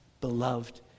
beloved